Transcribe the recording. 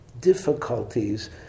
difficulties